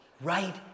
right